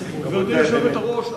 גברתי היושבת-ראש,